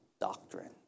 doctrine